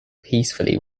peacefully